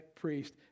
priest